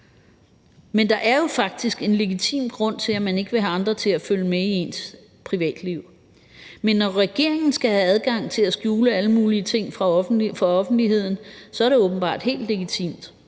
Men der er jo faktisk en legitim grund til, at man ikke vil have andre til at følge med i ens privatliv. Men når regeringen skal have adgang til at skjule alle mulige ting for offentligheden, er det åbenbart helt legitimt.